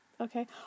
okay